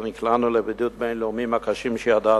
ונקלענו לבידוד בין-לאומי מהקשים שידענו.